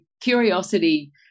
curiosity